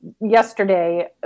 Yesterday